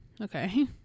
Okay